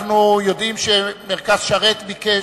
אנחנו יודעים שמרכז שרת ביקש,